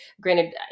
Granted